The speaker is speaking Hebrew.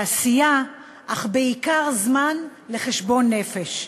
לעשייה, אך בעיקר זמן לחשבון נפש,